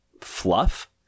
fluff